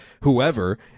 whoever –